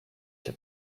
się